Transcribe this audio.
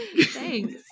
Thanks